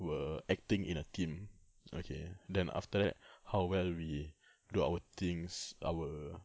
were acting in a team okay then after that how well we do our things our